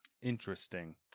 Interesting